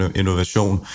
innovation